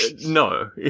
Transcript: No